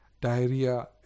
diarrhea